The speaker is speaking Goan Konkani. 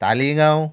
ताळीगांव